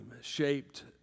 shaped